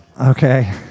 Okay